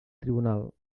tribunal